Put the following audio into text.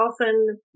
often